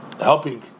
helping